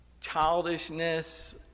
childishness